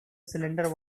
cylinder